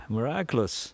Miraculous